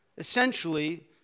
Essentially